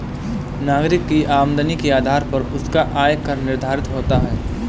नागरिक की आमदनी के आधार पर उसका आय कर निर्धारित होता है